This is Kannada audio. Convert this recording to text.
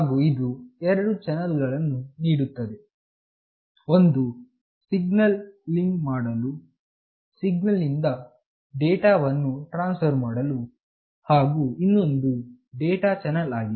ಹಾಗು ಇದು ಎರಡು ಚಾನೆಲ್ ಗಳನ್ನು ನೀಡುತ್ತದೆ ಒಂದು ಸಿಗ್ನಲಿಂಗ್ ಮಾಡಲು ಸಿಗ್ನಲಿಂಗ್ ನ ಡೇಟಾವನ್ನು ಟ್ರಾನ್ಸ್ಫರ್ ಮಾಡಲುಹಾಗು ಇನ್ನೊಂದು ಡೇಟಾ ಚಾನೆಲ್ ಗಾಗಿ ಆಗಿದೆ